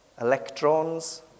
electrons